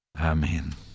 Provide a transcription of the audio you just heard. Amen